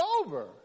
over